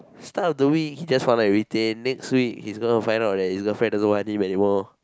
start of the week he just wanna retain next week he's gonna find out that his girlfriend doesn't want him anymore